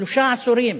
שלושה עשורים,